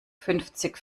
fünfzig